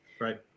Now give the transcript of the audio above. Right